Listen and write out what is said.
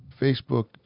Facebook